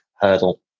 hurdle